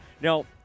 Now